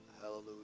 Hallelujah